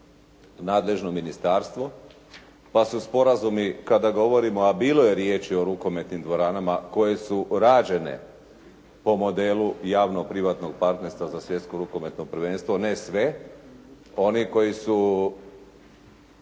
nadležno ministarstvo pa su sporazumi kada govorimo, a bilo je riječi o rukometnim dvoranama koje su rađene po modelu javno-privatnog partnerstva za svjetsko rukometno prvenstvo. Ne sve. Oni koji su